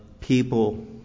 people